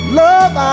love